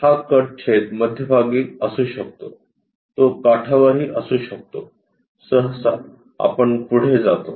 हा कट छेद मध्यभागी असू शकतो तो काठावरही असू शकतो सहसा आपण पुढे जातो